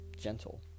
gentle